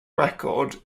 record